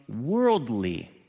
worldly